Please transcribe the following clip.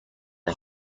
ایم